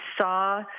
saw